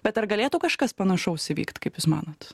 bet ar galėtų kažkas panašaus įvykt kaip jūs manot